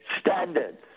standards